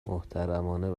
محترمانه